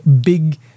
big